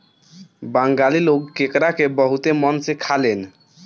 बंगाली लोग केकड़ा के बहुते मन से खालेन